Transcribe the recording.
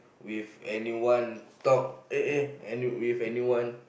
with anyone talk eh eh any with anyone